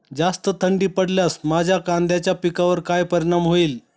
जास्त थंडी पडल्यास माझ्या कांद्याच्या पिकावर काय परिणाम होईल?